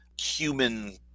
human